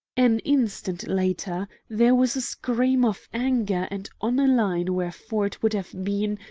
an instant later there was a scream of anger and on a line where ford would have been,